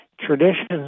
Traditions